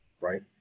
Right